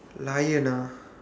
lion ah